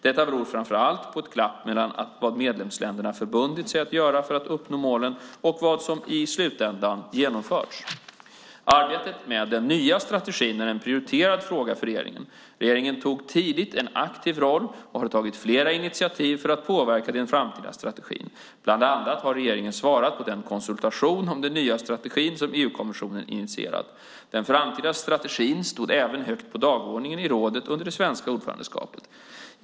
Detta beror framför allt på att det finns ett glapp mellan vad medlemsstaterna förbundit sig att göra för att uppnå målen och vad som i slutändan genomförts. Arbetet med den nya strategin är en prioriterad fråga för regeringen. Regeringen tog tidigt en aktiv roll och har tagit flera initiativ för att påverka den framtida strategin. Bland annat har regeringen svarat på den konsultation om den nya strategin som EU-kommissionen initierat. Den framtida strategin stod även högt på dagordningen i rådet under det svenska EU-ordförandeskapet.